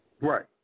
Right